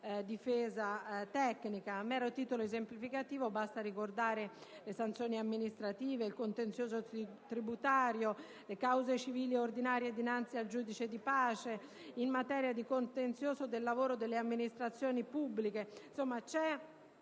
difesa tecnica. A mero titolo esemplificativo, basti ricordare le sanzioni amministrative, il contenzioso tributario, le cause civili ordinarie dinanzi al giudice di pace in materia di contenzioso del lavoro delle amministrazioni pubbliche. Insomma, c'è